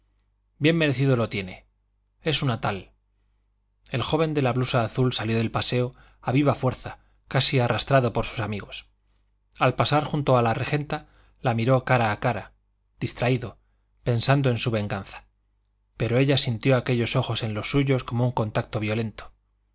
merecido lo tiene es una tal el joven de la blusa azul salió del paseo a viva fuerza casi arrastrado por sus amigos al pasar junto a la regenta la miró cara a cara distraído pensando en su venganza pero ella sintió aquellos ojos en los suyos como un contacto violento